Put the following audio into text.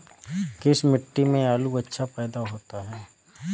किस मिट्टी में आलू अच्छा पैदा होता है?